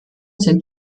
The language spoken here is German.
sind